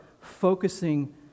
focusing